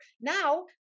Now